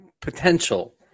potential